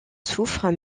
souffre